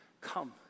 Come